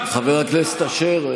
חבר הכנסת אשר,